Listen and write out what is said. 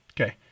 okay